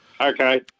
okay